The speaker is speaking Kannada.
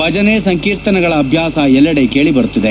ಭಜನೆ ಸಂಕೀರ್ತನೆಗಳ ಅಭ್ಯಾಸ ಎಲ್ಲೆಡೆ ಕೇಳಬರುತ್ತಿದೆ